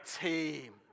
team